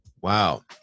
Wow